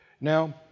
Now